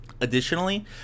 Additionally